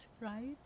right